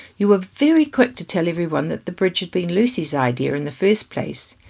you were very quick to tell everyone that the bridge had been lucy's idea in the first place.